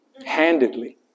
handedly